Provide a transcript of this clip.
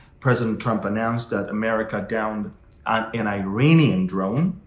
president trump announced that america downed an iranian drone.